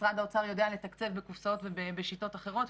משרד האוצר יודע לתקצב בקופסאות ובשיטות אחרות,